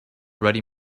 ready